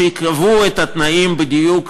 שיקבעו את התנאים בדיוק,